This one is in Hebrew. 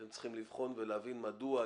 אתם צריכים לבחון ולהבין מדוע,